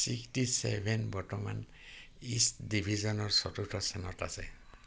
sixty seven বৰ্তমান east ডিভিজনৰ চতুৰ্থ স্থানত আছে